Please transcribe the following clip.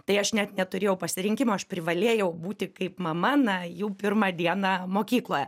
tai aš net neturėjau pasirinkimo aš privalėjau būti kaip mama na jau pirmą dieną mokykloje